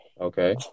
Okay